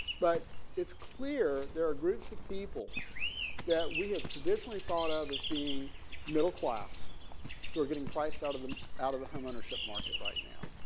but it's clear there are groups of people that we have traditionally thought of as being middle class who are getting priced out of the out of the homeownership market right now.